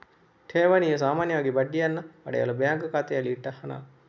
ಠೇವಣಿಯು ಸಾಮಾನ್ಯವಾಗಿ ಬಡ್ಡಿಯನ್ನ ಪಡೆಯಲು ಬ್ಯಾಂಕು ಖಾತೆಯಲ್ಲಿ ಇಟ್ಟ ಹಣ